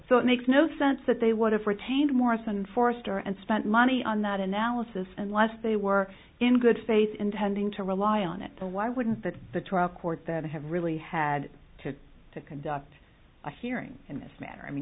so it makes no sense that they would have retained morrison forrester and spent money on that analysis unless they were in good faith intending to rely on it why wouldn't that the trial court that have really had to to conduct a hearing in this matter i mean